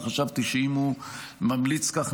וחשבתי שאם הוא ממליץ כך,